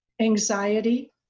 Anxiety